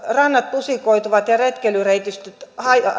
rannat pusikoituvat ja retkeilyreitistöt